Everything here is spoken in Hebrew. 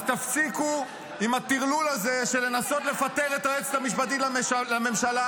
אז תפסיקו עם הטרלול הזה של לנסות לפטר את היועצת המשפטית לממשלה.